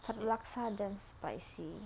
her laksa damn spicy